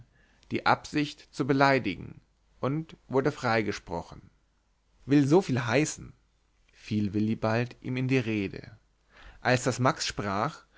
die absicht zu beleidigen und wurde freigesprochen will soviel heißen fiel willibald ihm in die rede als daß max sprach